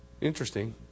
Interesting